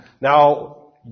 Now